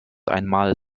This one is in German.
einmal